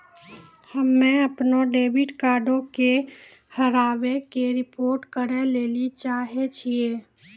हम्मे अपनो डेबिट कार्डो के हेराबै के रिपोर्ट करै लेली चाहै छियै